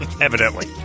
Evidently